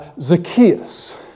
Zacchaeus